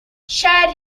shared